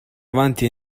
avanti